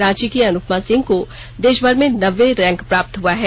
रांची की अनुपमा सिंह को देशभर में रैंक प्राप्त हुआ है